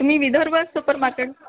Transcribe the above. तुम्ही Vidarbha super market